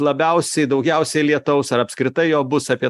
labiausiai daugiausiai lietaus ar apskritai jo bus apie